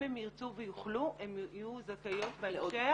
אם הן ירצו ויוכלו הן יהיו זכאיות בהמשך,